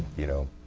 you know,